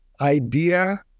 idea